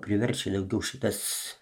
priverčia daugiau šitas